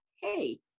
hey